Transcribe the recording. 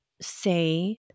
say